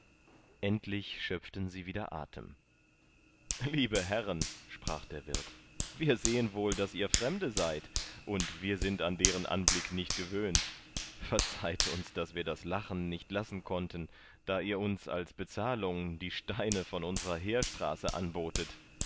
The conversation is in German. endlich schöpften sie wieder athem liebe herren sprach der wirth wir sehen wohl daß ihr fremde seid und wir sind an deren anblick nicht gewöhnt verzeiht uns daß wir das lachen nicht lassen konnten da ihr uns als bezahlung die steine von unserer heerstraße anbotet